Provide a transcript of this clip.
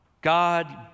God